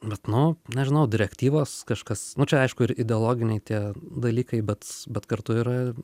bet nu nežinau direktyvos kažkas nu čia aišku ir ideologiniai tie dalykai bet bet kartu yra